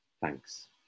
Thanks